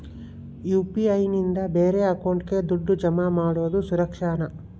UPI ನಿಂದ ಬೇರೆ ಅಕೌಂಟಿಗೆ ದುಡ್ಡು ಜಮಾ ಮಾಡೋದು ಸುರಕ್ಷಾನಾ?